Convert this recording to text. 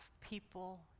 people